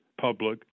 public